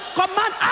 command